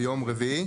ביום רביעי.